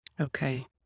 Okay